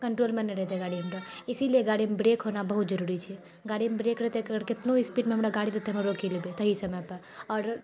कन्ट्रोलमे नहि रहतै गाड़ी हमरो इसीलिए गाड़ीमे ब्रेक होना बहुत जरूरी छै गाड़ीमे ब्रेक रहतै अगर कितनो स्पीडमे हमरा गाड़ी रहतै हमे रोकि लेबै सही समयपर आओर